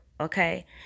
Okay